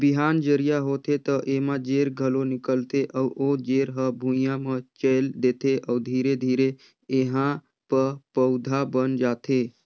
बिहान जरिया होथे त एमा जेर घलो निकलथे अउ ओ जेर हर भुइंया म चयेल देथे अउ धीरे धीरे एहा प पउधा बन जाथे